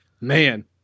Man